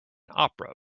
opera